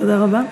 תודה רבה.